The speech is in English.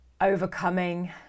overcoming